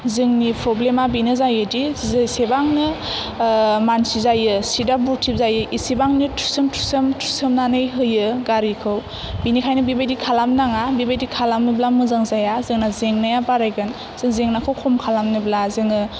जोंनि प्रब्लेमआ बेनो जायोदि जेसेबांनो मानसि जायो चिटआ बरथिख जायो एसेबांनो थुसोम थुसोम थुसोमनानै होयो गारिखौ बेनिखायनो बेबादि खालामनो नाङा बेबादि खालामोब्ला मोजां जाया जोंना जेंनाया बारायगोन जेंनाखौ खम खालामनोब्ला जोङो